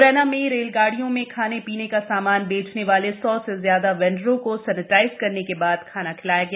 म्रैना में रेलगाडिय़ों में खाने पीने का सामान बेचने वाले सौ से ज्यादा बैंडरों को सेनेटाइज करने के बाद खाना खिलाया गया